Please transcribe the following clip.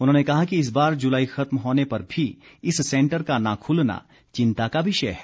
उन्होंने कहा कि इस बार जुलाई खत्म होने पर भी इस सेंटर का ना खुलना चिंता का विषय है